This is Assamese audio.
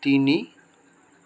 তিনি